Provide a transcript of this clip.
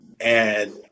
and-